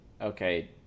okay